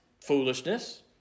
foolishness